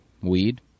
Weed